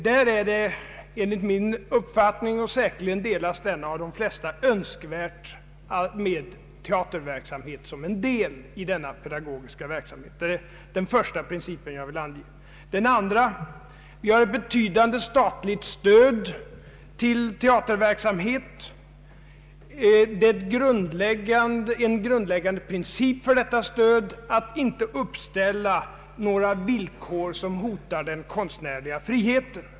Där är det enligt min uppfattning — säkerligen delas den av de flesta — önskvärt med teaterverksamhet såsom en del i denna pedagogiska verksamhet. Detta är alltså den första princip jag vill ange. För det andra får teaterverksamheten ett betydligt statligt stöd. En grundläggande princip för detta stöd är att staten inte uppställer några villkor som hotar den kostnärliga friheten.